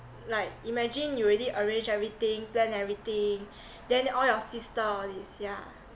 like imagine you already arrange everything plan everything then all your sister all these yeah